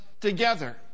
together